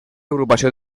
agrupació